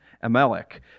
Amalek